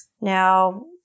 Now